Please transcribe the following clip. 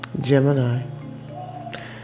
Gemini